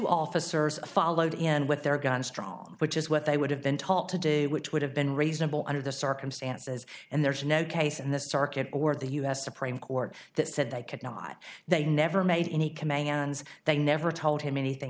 officers followed in with their guns drawn which is what they would have been taught to do which would have been reasonable under the circumstances and there is no case in the circuit or the u s supreme court that said they could not they never made any commands they never told him anything